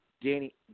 Danny